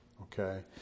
Okay